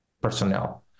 personnel